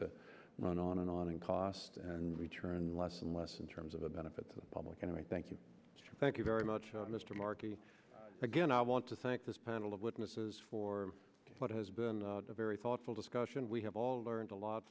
to run on and on and cost and return less and less in terms of a benefit to the public and i thank you thank you very much mr markey again i want to thank this panel of witnesses for what has been a very thoughtful discussion we have all learned a lot